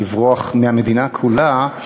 לברוח מהמדינה כולה,